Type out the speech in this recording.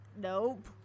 Nope